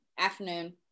afternoon